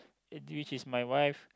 which is my wife